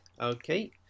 okay